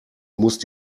musst